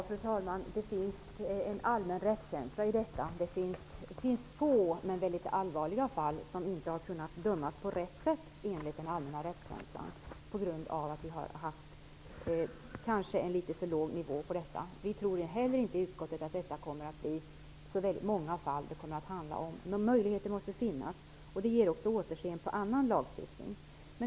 Fru talman! Det finns en allmän rättskänsla i detta. Det finns få men väldigt allvarliga fall där man enligt den allmänna rättskänslan inte har kunnat döma på rätt sätt på grund av att straffen kanske har varit litet för låga. Vi tror inte i utskottet att det kommer att handla om så väldigt många fall, men möjligheten måste finnas. Detta ger också återsken på annan lagstiftning.